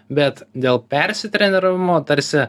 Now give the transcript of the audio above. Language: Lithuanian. bet dėl persitreniravimo tarsi